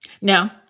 No